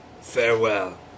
Farewell